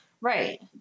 Right